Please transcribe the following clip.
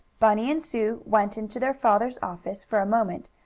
bunny and sue went into their father's office for a moment,